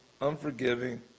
unforgiving